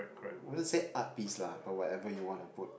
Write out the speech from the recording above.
wouldn't say art piece lah but whatever you want to put